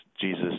Jesus